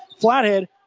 Flathead